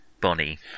Bonnie